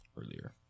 earlier